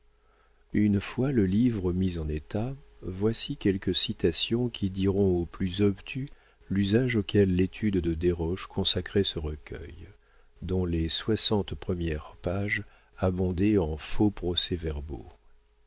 une fois le livre mis en état voici quelques citations qui diront aux plus obtus l'usage auquel l'étude de desroches consacrait ce recueil dont les soixante premières pages abondaient en faux